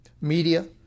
media